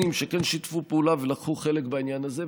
שכן שיתפו פעולה ולקחו חלק בעניין הזה,